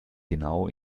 genau